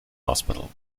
hospital